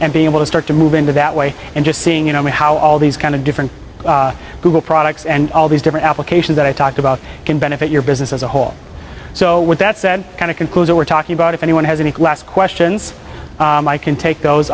and be able to start to move into that way and just seeing you know how all these kind of different google products and all these different applications that i talked about can benefit your business as a whole so with that said kind of conclusion we're talking about if anyone has any class questions i can take those